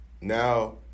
Now